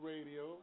Radio